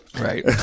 right